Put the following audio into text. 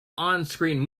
onscreen